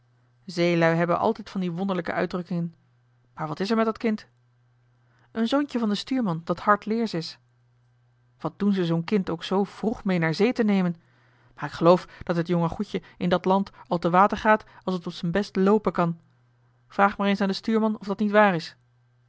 zeelui hebben altijd van die wonderlijke uitdrukkingen maar wat is er met dat kind een zoontje van den stuurman dat hard leersch is wat doen ze zoo'n kind ook zoo vroeg mee naar zee te nemen maar ik geloof dat het jonge goedje in dat land al te water gaat als het op z'n best loopen kan vraag maar eens aan den stuurman of dat niet waar is